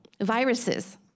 viruses